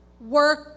work